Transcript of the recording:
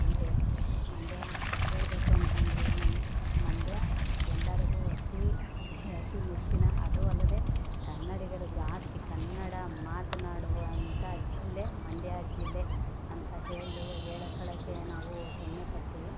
ಇದೆ ಮಂಡ್ಯ ಹೇಳಬೇಕು ಅಂತ ಅಂದ್ರೆ ಒನ್ ಮಂಡ್ಯ ಎಲ್ಲರಿಗೂ ಅತಿ ಅತಿ ಮೆಚ್ಚಿನ ಅದು ಅಲ್ಲದೆ ಕನ್ನಡಿಗರು ಜಾಸ್ತಿ ಕನ್ನಡ ಮಾತನಾಡುವಂಥ ಜಿಲ್ಲೆ ಮಂಡ್ಯ ಜಿಲ್ಲೆ ಅಂತ ಹೇಳಿ ಹೇಳ್ಕೊಳ್ಳೋಕ್ಕೆ ನಾವು ಹೆಮ್ಮೆ ಪಡ್ತೀವಿ